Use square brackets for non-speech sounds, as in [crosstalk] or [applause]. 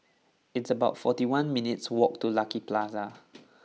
it's about forty one minutes' walk to Lucky Plaza [noise]